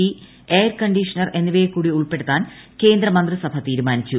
D air conditioner എന്നിവയെക്കൂടി ഉൾപ്പെടുത്താൻ കേന്ദ്രമന്ത്രി സഭ തീരുമാനിച്ചു